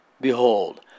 Behold